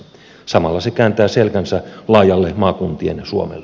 samalla se kääntää selkänsä laajalle maakuntien suomelle